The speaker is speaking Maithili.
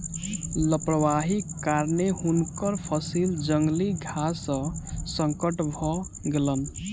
लापरवाहीक कारणेँ हुनकर फसिल जंगली घास सॅ नष्ट भ गेलैन